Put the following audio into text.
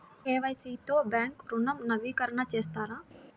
KYC తో bank ఋణం నవీకరణ చేస్తారా?